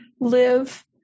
live